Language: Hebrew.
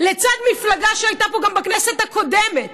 לצד מפלגה שהייתה פה גם בכנסת הקודמת,